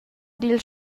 dil